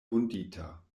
vundita